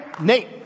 Nate